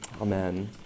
Amen